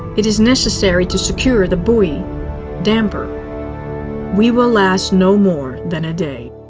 it is necessary to secure the buoy damper we will last no more than a day